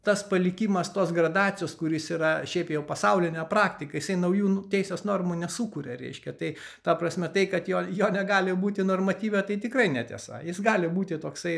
tas palikimas tos gradacijos kuris yra šiaip jau pasaulinė praktika jisai naujų teisės normų nesukuria reiškia tai ta prasme tai kad jo jo negali būti normatyve tai tikrai netiesa jis gali būti toksai